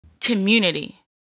Community